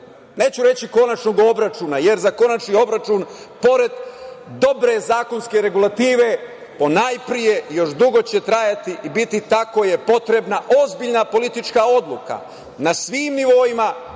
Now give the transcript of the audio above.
neću reći, konačnog obračuna, jer za konačni obračun, pored dobre zakonske regulative, ponajpre, još dugo će trajati i biti ta kom je potrebna ozbiljna politička odluka na svim nivoima